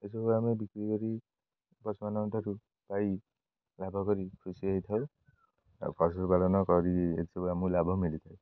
ଏସବୁ ଆମେ ବିକ୍ରି କରି ପଶୁମାନଙ୍କଠାରୁ ପାଇ ଲାଭ କରି ଖୁସି ହେଇଥାଉ ଆଉ ପଶୁପାଳନ କରି ଏସବୁ ଆମକୁ ଲାଭ ମିଳିଥାଏ